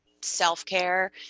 self-care